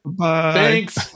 thanks